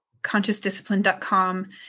ConsciousDiscipline.com